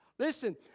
Listen